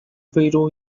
非洲